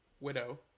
widow